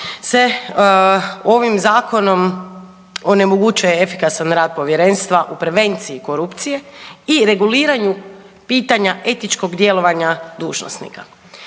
se ovim Zakonom onemogućuje efikasan rad Povjerenstva u prevenciji korupcije i reguliranju pitanja etičkog djelovanja dužnosnika.